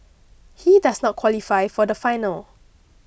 he does not qualify for the final